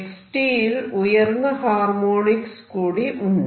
x യിൽ ഉയർന്ന harmonics കൂടി ഉണ്ട്